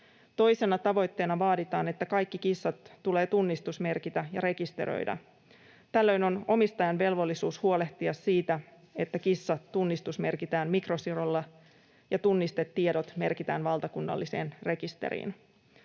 Toisena tavoitteena vaaditaan, että kaikki kissat tulee tunnistusmerkitä ja rekisteröidä. Tällöin on omistajan velvollisuus huolehtia siitä, että kissa tunnistusmerkitään mikrosirulla ja tunnistetiedot merkitään valtakunnalliseen rekisteriin.